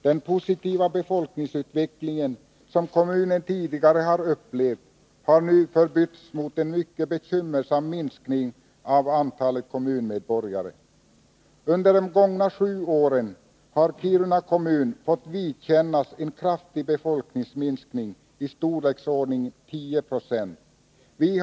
Den positiva befolkningsutveckling som kommunen tidigare har upplevt har nu förbytts i en mycket bekymmersam minskning av antalet kommunmedborgare. Under de gångna sju åren har Kiruna kommun fått vidkännas en befolkningsminskning i storleksordningen 10 26.